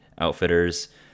Outfitters